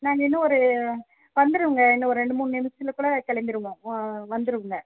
நாங்கள் இன்னும் ஒரு வந்துருவோங்க இன்னும் ஒரு ரெண்டு மூணு நிமிசத்தில் கூட கிளம்பிருவோம் வந்துருவோங்க